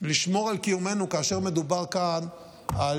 לשמור על קיומנו כאשר מדובר כאן על